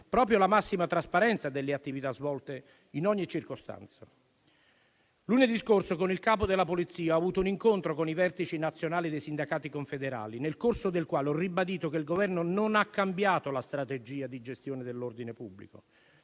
proprio la massima trasparenza delle attività svolte in ogni circostanza. Lunedì scorso con il capo della Polizia ho avuto un incontro con i vertici nazionali dei sindacati confederali, nel corso del quale ho ribadito che il Governo non ha cambiato la strategia di gestione dell'ordine pubblico.